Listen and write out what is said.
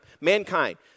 mankind